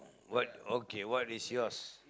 what okay what is yours